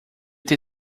ter